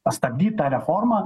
pastabdyt tą reformą